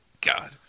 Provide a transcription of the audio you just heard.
God